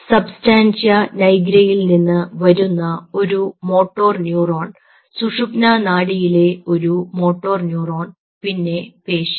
substantia nigra യിൽ നിന്ന് വരുന്ന ഒരു മോട്ടോർ ന്യൂറോൺ സുഷുമ്നാ നാഡിയിലെ ഒരു മോട്ടോർ ന്യൂറോൺ പിന്നെ പേശിയും